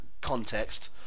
context